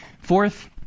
Fourth